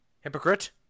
hypocrite